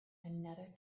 another